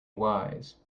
wise